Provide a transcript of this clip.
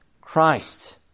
Christ